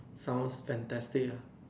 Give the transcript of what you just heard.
sound fantastic lah